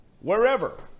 wherever